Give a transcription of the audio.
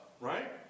Right